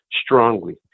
strongly